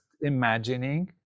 imagining